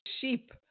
sheep